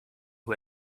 who